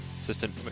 assistant